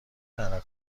تنها